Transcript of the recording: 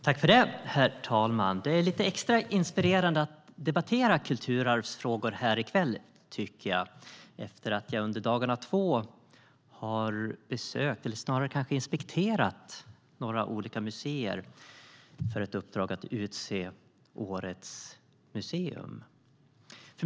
Herr talman! Det är lite extra inspirerande att debattera kulturarvsfrågor här i kväll, efter att jag under dagarna två har besökt eller kanske snarare inspekterat några olika museer för ett uppdrag att utse årets museum.